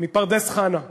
מפרדס-חנה.